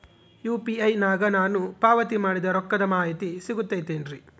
UPI ನಾಗ ನಾನು ಪಾವತಿ ಮಾಡಿದ ರೊಕ್ಕದ ಮಾಹಿತಿ ಸಿಗುತೈತೇನ್ರಿ?